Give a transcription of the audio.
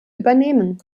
übernehmen